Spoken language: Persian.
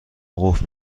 قفل